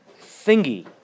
thingy